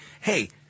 hey